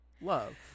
Love